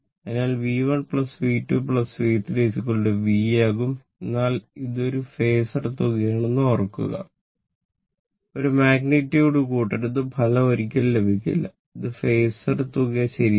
അതിനാൽ ഇത് V1 V2 V3 V ആകും എന്നാൽ ഇത് ഫാസർ തുക ശരിയാണ്